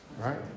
right